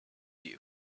you